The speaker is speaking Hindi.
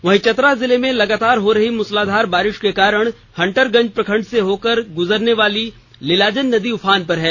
वहीं चतरा में लगातार हो रही मूसलाधार बारिश के कारण हंटरगंज प्रखंड से होकर गुजरने वाली लीलाजन नदी उफान पर है